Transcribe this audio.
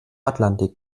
atlantik